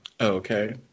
Okay